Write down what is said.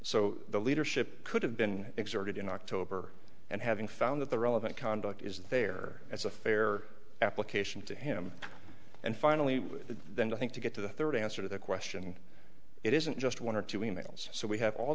so the leadership could have been exerted in october and having found that the relevant conduct is there as a fair application to him and finally then i think to get to the third answer the question it isn't just one or two emails so we have all